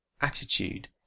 attitude